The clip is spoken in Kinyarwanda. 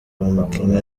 umukinnyi